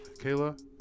Kayla